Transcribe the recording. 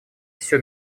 все